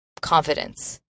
confidence